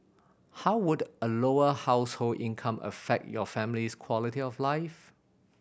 how would a lower household income affect your family's quality of life